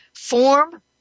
Form